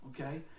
okay